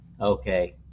Okay